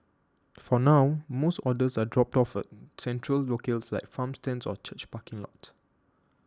for now most orders are dropped off at central locales like farm stands or church parking lots